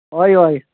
हय हय